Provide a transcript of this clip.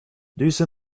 diese